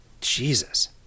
jesus